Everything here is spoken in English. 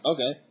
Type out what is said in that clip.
Okay